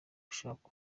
gushaka